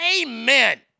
Amen